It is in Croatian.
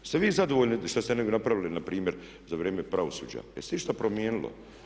Jeste vi zadovoljni šta ste napravili npr. za vrijeme pravosuđa, jel se išta promijenilo?